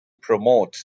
promotes